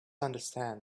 understand